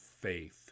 faith